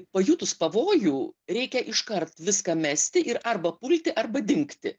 pajutus pavojų reikia iškart viską mesti ir arba pulti arba dingti